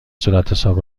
صورتحساب